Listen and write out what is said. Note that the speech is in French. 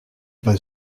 pas